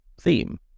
theme